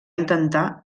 intentar